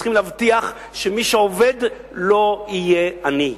צריכים להבטיח שמי שעובד לא יהיה עני,